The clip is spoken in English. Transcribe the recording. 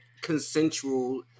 consensual